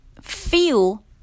feel